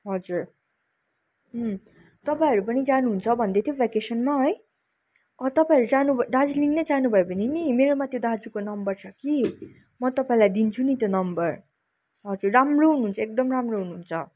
हजुर तपाईँहरू पनि जानुहुन्छ भन्दैथ्यो भ्याकेसनमा है तपाईँहरू जानु दार्जिलिङ नै जानुभयो भने नि मेरोमा त्यो दाजुको नम्बर छ कि म तपाईँलाई दिन्छु नि त्यो नम्बर हजुर राम्रो हुनुहुन्छ एकदम राम्रो हुनुहुन्छ